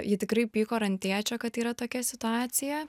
ji tikrai pyko ir ant tėčio kad yra tokia situacija